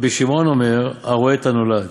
רבי שמעון אומר, הרואה את הנולד,